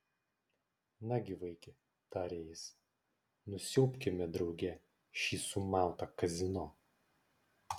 nagi vaiki tarė jis nusiaubkime drauge šį sumautą kazino